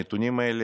הנתונים האלה